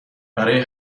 برای